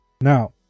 now